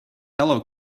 hello